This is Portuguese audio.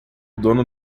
dono